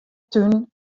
tún